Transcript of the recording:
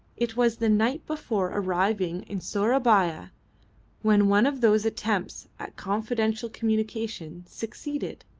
it was the night before arriving in sourabaya when one of those attempts at confidential communication succeeded.